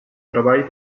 treball